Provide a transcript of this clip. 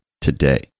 today